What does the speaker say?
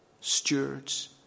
Stewards